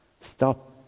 Stop